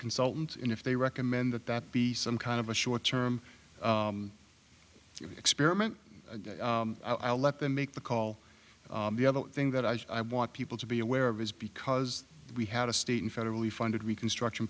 consultants and if they recommend that that be some kind of a short term experiment i'll let them make the call the other thing that i want people to be aware of is because we had a state and federally funded reconstruction